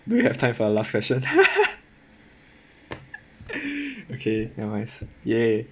do we have time for the last question okay never mind !yay!